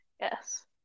yes